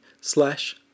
slash